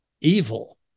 evil